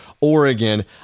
Oregon